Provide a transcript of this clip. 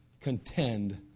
contend